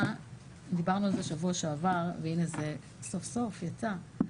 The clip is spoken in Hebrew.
דיברנו על זה שבוע שעבר והנה זה סוף-סוף יצא.